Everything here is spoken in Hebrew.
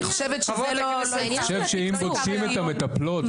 אני חושב שאם דורשים את המטפלות,